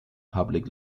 public